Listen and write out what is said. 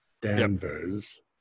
Danvers